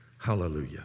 Hallelujah